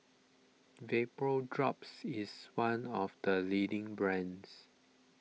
Vapodrops is one of the leading brands